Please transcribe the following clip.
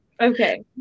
Okay